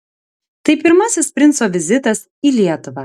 tai pirmasis princo vizitas į lietuvą